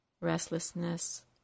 restlessness